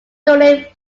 donate